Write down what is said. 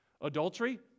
Adultery